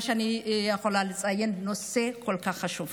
זה מה שאני יכולה לציין בנושא כל כך חשוב.